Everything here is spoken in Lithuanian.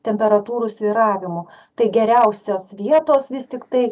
temperatūrų svyravimų tai geriausios vietos vis tiktai